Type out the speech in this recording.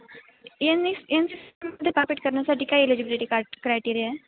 Annie's N C C department करण्यासाठी काय eligibility card criteria आहे